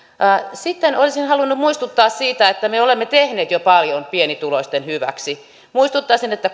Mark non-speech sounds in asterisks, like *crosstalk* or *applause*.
sitten olisin halunnut muistuttaa siitä että me olemme tehneet jo paljon pienituloisten hyväksi muistuttaisin että *unintelligible*